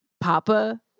Papa